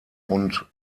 und